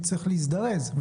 צריך להזדרז.